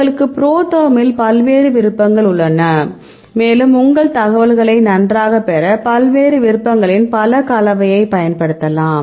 உங்களுக்கு ProTherm இல் பல்வேறு விருப்பங்கள் உள்ளன மேலும் உங்கள் தகவல்களை நன்றாகப் பெற பல்வேறு விருப்பங்களின் பல கலவையைப் பயன்படுத்தலாம்